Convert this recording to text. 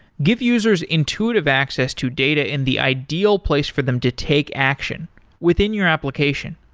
give users intuitive access to data in the ideal place for them to take action within your application.